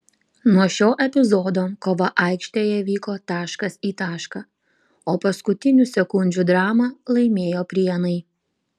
nuo šio epizodo kova aikštėje vyko taškas į tašką o paskutinių sekundžių dramą laimėjo prienai